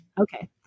Okay